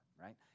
right